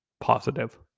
positive